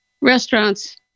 restaurants